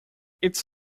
it’s